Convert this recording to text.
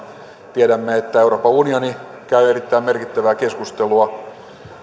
tiedämme että euroopan unioni käy erittäin merkittävää keskustelua